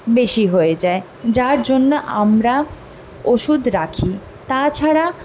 বেশি হয়ে যায় যার জন্য আমরা ওষুধ রাখি তাছাড়া